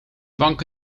bank